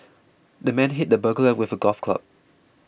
the man hit the burglar with a golf club